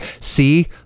see